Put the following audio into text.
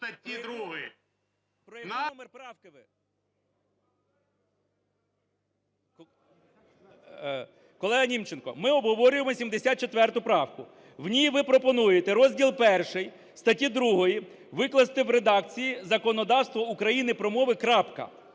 Колего Німченко, ми обговорюємо 74 правку. В ній ви пропонуєте: "Розділ І статті 2 викласти в редакції: Законодавство України про мови (крапка)".